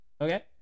Okay